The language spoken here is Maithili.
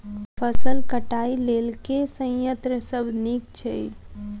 फसल कटाई लेल केँ संयंत्र सब नीक छै?